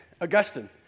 Augustine